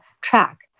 track